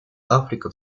африка